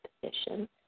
position